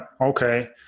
Okay